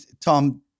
tom